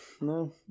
no